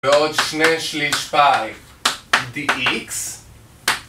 ועוד שני שליש פאיי די איקס